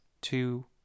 two